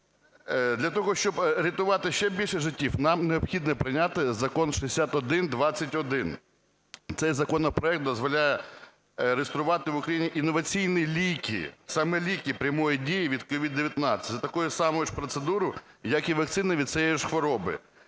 Для того, щоб рятувати ще більше життів, нам необхідно прийняти закон 6121. Цей законопроект дозволяє реєструвати в Україні інноваційні ліки, саме ліки прямої дії від COVID-19, за такою ж самою процедурою як і вакцини від цієї ж хвороби.